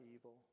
evil